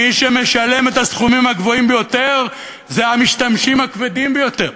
מי שמשלם את הסכומים הגבוהים ביותר זה המשתמשים הכבדים ביותר,